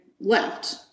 left